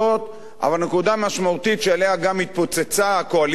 אבל נקודה משמעותית שעליה גם התפוצצה הקואליציה הזאת,